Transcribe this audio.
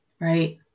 Right